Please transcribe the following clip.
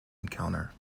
encounter